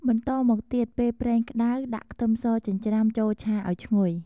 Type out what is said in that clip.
បន្តមកទៀតពេលប្រេងក្តៅ ដាក់ខ្ទឹមសចិញ្ច្រាំចូលឆាឱ្យឈ្ងុយ។